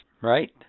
right